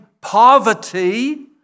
poverty